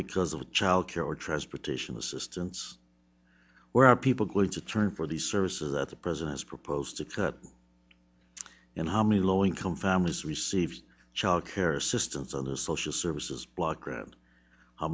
because of child care or transportation assistance where are people going to turn for the services that the president's proposed tax and how many low income families received child care assistance on the social services block grant how